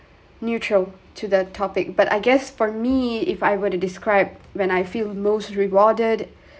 neutral to the topic but I guess for me if I were to describe when I feel most rewarded